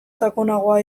sakonagoa